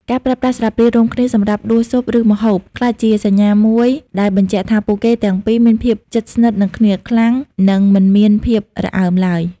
ការប្រើប្រាស់ស្លាបព្រារួមគ្នាសម្រាប់ដួសស៊ុប ឬម្ហូប ក្លាយជាសញ្ញាមួយដែលបញ្ជាក់ថាពួកគេទាំងពីរមានភាពជិតស្និទ្ធនឹងគ្នាខ្លាំង និងមិនមានភាពរអើមឡើយ។